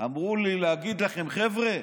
ואמרו לי להגיד לכם: חבר'ה,